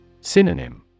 Synonym